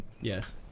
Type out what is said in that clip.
Yes